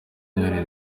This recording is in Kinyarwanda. noheli